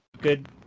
good